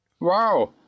Wow